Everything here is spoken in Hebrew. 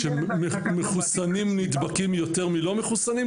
שמחוסנים נדבקים יותר מלא מחוסנים,